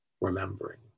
remembering